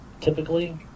typically